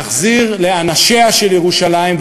להחזיר לאנשיה של ירושלים,